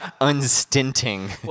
Unstinting